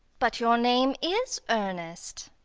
but your name is ernest.